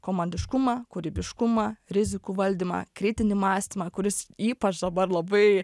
komandiškumą kūrybiškumą rizikų valdymą kritinį mąstymą kuris ypač dabar labai